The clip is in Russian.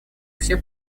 все